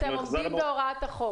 אתם עומדים בהוראת החוק.